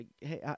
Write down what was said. hey